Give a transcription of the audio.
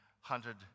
hunted